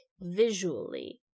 visually